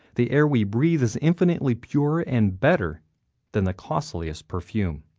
the air we breathe is infinitely purer and better than the costliest perfume.